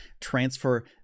transfer